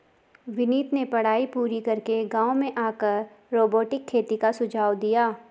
विनीत ने पढ़ाई पूरी करके गांव में आकर रोबोटिक खेती का सुझाव दिया